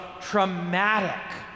traumatic